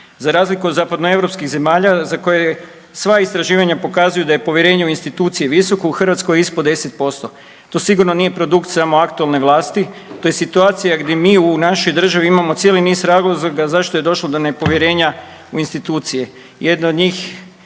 Za razliku od zapadnoeuropskih zemalja za koje sva istraživanja pokazuju da je povjerenje u institucije visoko, u Hrvatskoj je ispod 10%. To sigurno nije produkt samo aktualne vlasti. To je situacija gdje mi u našoj državi imamo cijeli niz razloga zašto je došlo do nepovjerenja u institucije.